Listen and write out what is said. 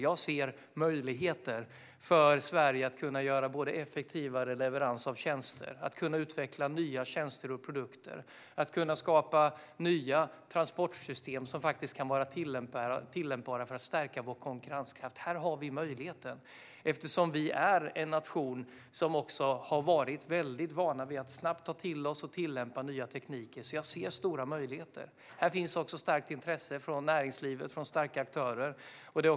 Jag ser möjligheter för Sverige att få till stånd effektivare leveranser av tjänster, att utveckla nya tjänster och produkter och att skapa nya transportsystem som faktiskt kan tillämpas för att stärka vår konkurrenskraft. Här har vi möjligheten. Vi är en nation som har varit väldigt van att snabbt ta till oss och tillämpa nya tekniker, så jag ser stora möjligheter. Här finns också ett starkt intresse från starka aktörer i näringslivet.